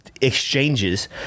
exchanges